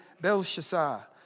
Belshazzar